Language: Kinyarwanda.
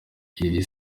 iri